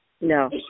No